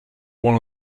one